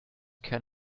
can